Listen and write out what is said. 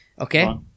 Okay